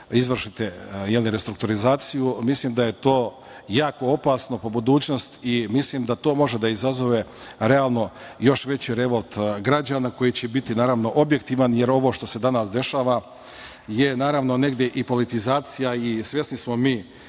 izvršite restrukturizaciju, mislim da je to jako opasno po budućnost i mislim da to može da izazove realno još veći revolt građana koji će biti objektivan, jer ovo što se danas dešava je negde i politizacija. Svesni smo mi